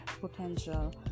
potential